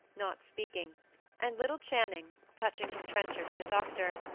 not speaking and little channing, touching his trencher to the doctor,